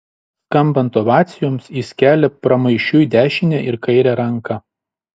skambant ovacijoms jis kelia pramaišiui dešinę ir kairę ranką